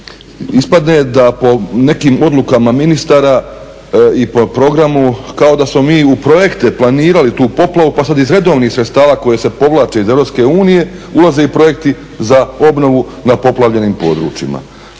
Ispadne da po nekim odlukama ministara i po programu kao da smo mi u projekte planirali tu poplavu pa sad iz redovnih sredstava koja se povlače iz EU ulaze i projekti za obnovu na poplavljenim područjima.